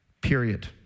Period